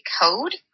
code